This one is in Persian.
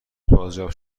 بازیافت